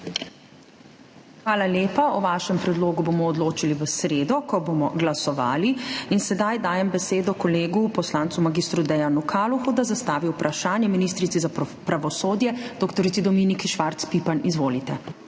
Hvala lepa. O vašem predlogu bomo odločili v sredo, ko bomo glasovali. Sedaj dajem besedo kolegu poslancu mag. Dejanu Kalohu, da zastavi vprašanje ministrici za pravosodje dr. Dominiki Švarc Pipan. Izvolite.